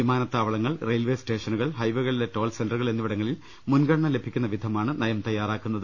വിമാനത്താവളങ്ങൾ റെയിൽവെ സ്റ്റേഷനുകൾ ഹൈവേകളിലെ ടോൾ സെന്ററുകൾ എന്നിവിടങ്ങളിൽ മുൻഗണന ലഭിക്കുന്ന വിധമാണ് നയം തയ്യാറാക്കുന്നത്